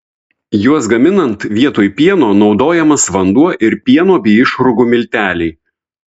juos gaminant vietoj pieno naudojamas vanduo ir pieno bei išrūgų milteliai